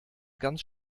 ganz